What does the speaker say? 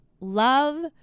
love